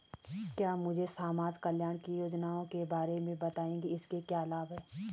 क्या मुझे समाज कल्याण की योजनाओं के बारे में बताएँगे इसके क्या लाभ हैं?